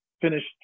finished